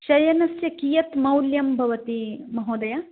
शयनस्य कियत् मौल्यं भवति महोदय